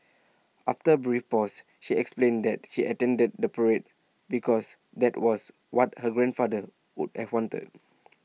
after A brief pause she explained that she attended the parade because that was what her grandfather would have wanted